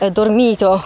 dormito